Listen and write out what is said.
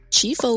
Chief